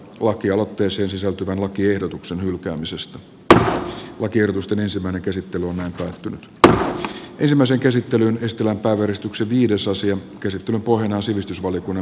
lakialoitteeseen sisältyvän lakiehdotuksen hylkäämisestä pr tiedotusten ensimmäinen käsittely on närkästynyt tää ensimmäisen käsittelyn ystävä kaveristuksen viidesosan käsittelyn pohjana on sivistysvaliokunnan mietintö